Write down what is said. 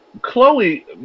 Chloe